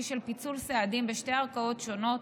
של פיצול סעדים בשתי ערכאות שונות,